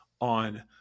on